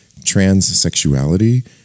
transsexuality